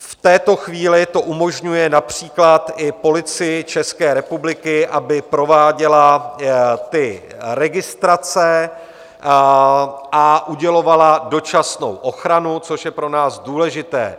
V této chvíli to umožňuje například i Policii České republiky, aby prováděla ty registrace a udělovala dočasnou ochranu, což je pro nás důležité.